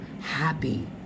happy